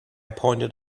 pointed